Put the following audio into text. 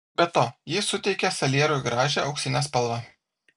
be to ji suteikia salierui gražią auksinę spalvą